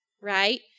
right